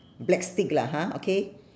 black stick lah ha okay